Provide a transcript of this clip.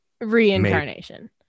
reincarnation